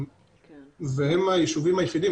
והם היישובים היחידים,